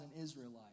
Israelites